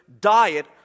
diet